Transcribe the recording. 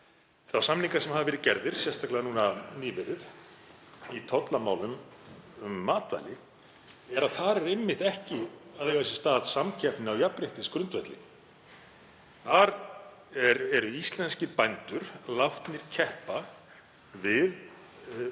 þá samninga sem hafa verið gerðir, sérstaklega nýverið, í tollamálum um matvæli er að þar á sér einmitt ekki stað samkeppni á jafnréttisgrundvelli. Þar eru íslenskir bændur látnir keppa við